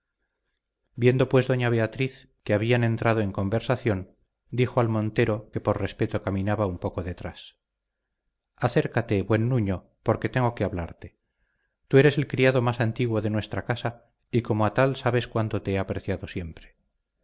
viendo pues doña beatriz que habían entrado en conversación dijo al montero que por respeto caminaba un poco detrás acércate buen nuño porque tengo que hablarte tú eres el criado más antiguo de nuestra casa y como a tal sabes cuanto te he apreciado siempre